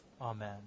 Amen